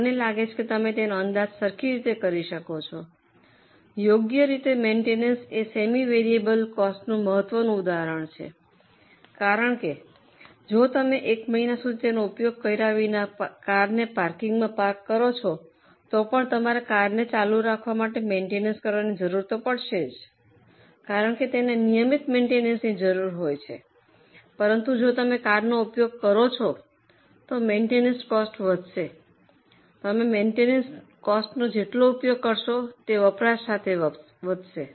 મને લાગે છે કે તમે તેનો અંદાજ સરખી રીતે કરી શકો છો યોગ્ય રીતે મેઇન્ટેનન્સ એ સેમી વેરિયેબલ કોસ્ટનું મહત્વનું ઉદાહરણ છે કારણ કે જો તમે એક મહિના સુધી તેનો ઉપયોગ કર્યા વિના કારને પાર્કિંગમાં પાર્ક કરો છો તો પણ તમારે કારને ચાલુ રાખવા માટે મેઇન્ટેનન્સ કરવાની જરૂર પડશે કારણ કે તેને નિયમિત મેઇન્ટેનન્સની જરૂરી હોય છે પરંતુ જો તમે કારનો ઉપયોગ કરો છો તો મેઇન્ટેનન્સ કોસ્ટ વધશે તમે મેઇન્ટેનન્સ કોસ્ટનો જેટલો ઉપયોગ કરશો તે વપરાશ સાથે વધશે